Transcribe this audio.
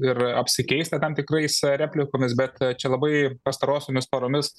ir apsikeista tam tikrais replikomis bet čia labai pastarosiomis paromis